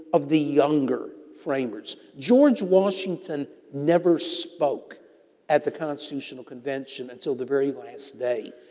of the younger framers. george washington never spoke at the constitutional convention until the very last day.